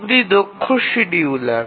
এগুলি দক্ষ শিডিউলার